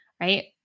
right